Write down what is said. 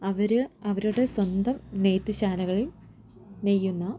അവർ അവരുടെ സ്വന്തം നെയ്ത്തു ശാലകളിൽ നെയ്യുന്ന